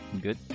good